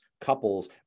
couples